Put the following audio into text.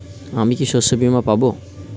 আমি কি শষ্যবীমা পাব?